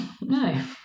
No